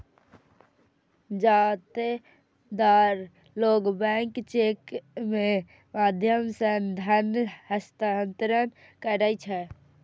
जादेतर लोग bank cheque के माध्यम सं धन हस्तांतरण करै छै